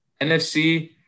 NFC